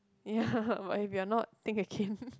ya but if you're not think again